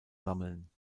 sammeln